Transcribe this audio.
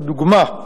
לדוגמה: